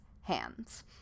hands